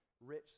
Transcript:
rich